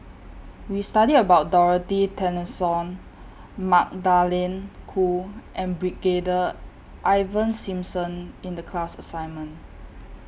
We studied about Dorothy Tessensohn Magdalene Khoo and Brigadier Ivan Simson in The class assignment